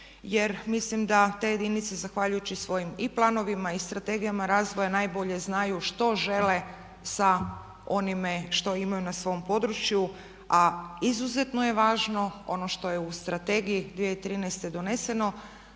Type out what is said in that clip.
jer mislim da te jedinice zahvaljujući svojim i planovima i strategijama razvoja najbolje znaju što žele sa onime što imaju na svom području a izuzetno je važno ono što je u Strategiji 2013. doneseno,